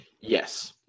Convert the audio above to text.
yes